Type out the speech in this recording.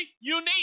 unique